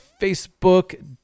Facebook